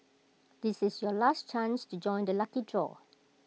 this is your last chance to join the lucky draw